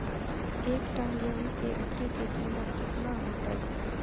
एक टन गेंहू के उतरे के कीमत कितना होतई?